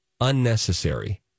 unnecessary